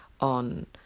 on